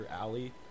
alley